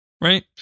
Right